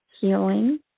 healing